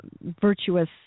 virtuous